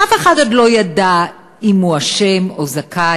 אף אחד עוד לא ידע אם הוא אשם או זכאי,